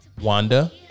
Wanda